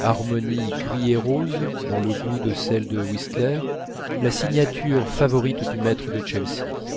harmonie gris et rose dans le goût de celles de whistler la signature favorite du maître de chelsea